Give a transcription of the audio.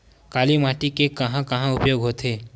काली माटी के कहां कहा उपयोग होथे?